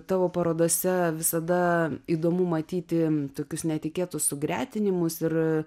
tavo parodose visada įdomu matyti tokius netikėtus sugretinimus ir